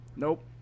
Nope